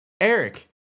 Eric